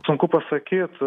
sunku pasakyt